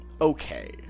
okay